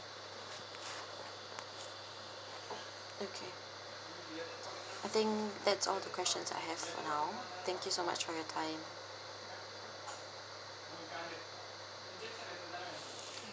okay I think that's all the questions I have for now thank you so much for your time